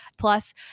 Plus